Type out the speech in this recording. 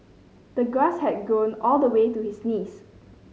the grass had grown all the way to his knees